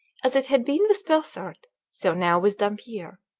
as it had been with pelsart, so now with dampier,